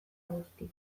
guzti